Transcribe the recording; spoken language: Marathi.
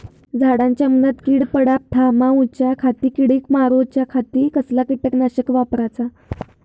झाडांच्या मूनात कीड पडाप थामाउच्या खाती आणि किडीक मारूच्याखाती कसला किटकनाशक वापराचा?